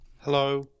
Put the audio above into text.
Hello